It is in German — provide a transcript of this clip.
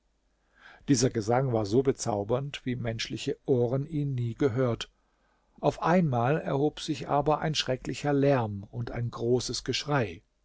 dieser gesang war so bezaubernd wie menschliche ohren ihn nie gehört auf einmal erhob sich aber ein schrecklicher lärm und ein großes geschrei